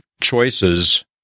choices